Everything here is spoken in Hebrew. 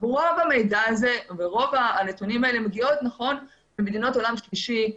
רוב המידע הזה ורוב הנתונים האלה מגיעים ממדינות עולם שלישי,